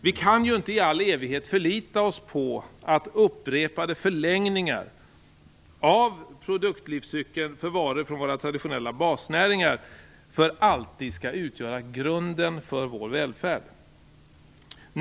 Vi kan inte i all evighet förlita oss på att upprepade förlängningar av produktlivscykeln för varor från våra traditionella basnäringar för alltid skall utgöra grunden för vår välfärd.